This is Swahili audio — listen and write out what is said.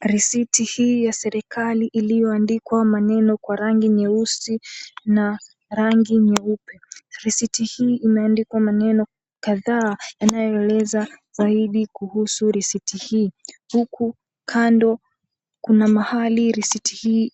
Risiti hii ya serikali iliyoandikwa maneno kwa rangi nyeusi na rangi nyeupe, risiti hii imeandikwa maneno kadhaa yanayoeleza zaidi kuhusu risiti hii, huku kando kuna mahali risiti hii